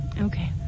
Okay